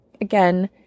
again